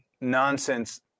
nonsense